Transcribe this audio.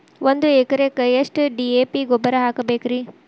ಒಂದು ಎಕರೆಕ್ಕ ಎಷ್ಟ ಡಿ.ಎ.ಪಿ ಗೊಬ್ಬರ ಹಾಕಬೇಕ್ರಿ?